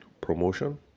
promotion